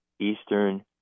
eastern